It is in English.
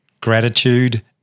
gratitude